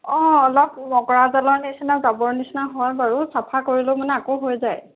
অঁ অলপ মকৰা জালৰ নিচিনা জাবৰ নিচিনা হয় বাৰু চাফা কৰিলেও মানে আকৌ হৈ যায়